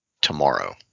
tomorrow